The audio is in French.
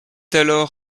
alors